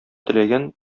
теләгән